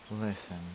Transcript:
Listen